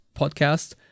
podcast